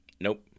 Nope